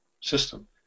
system